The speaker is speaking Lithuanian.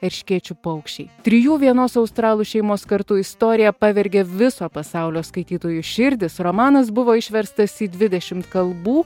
erškėčių paukščiai trijų vienos australų šeimos kartų istorija pavergė viso pasaulio skaitytojų širdis romanas buvo išverstas į dvidešimt kalbų